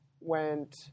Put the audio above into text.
went